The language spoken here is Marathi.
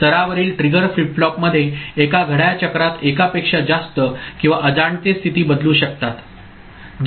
स्तरावरील ट्रिगर फ्लिप फ्लॉपमध्ये एका घड्याळ चक्रात एकापेक्षा जास्त किंवा अजाणते स्थिती बदलू शकतात